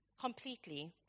completely